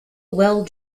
well